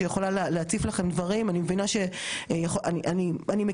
אני מכירה את מחלקת הפיקדונות ועובדת איתה הרבה זמן.